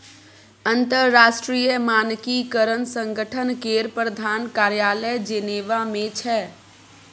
अंतरराष्ट्रीय मानकीकरण संगठन केर प्रधान कार्यालय जेनेवा मे छै